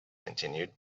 continued